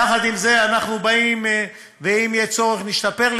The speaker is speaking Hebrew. יחד עם זה, אנחנו באים, ואם יהיה צורך, נשתפר.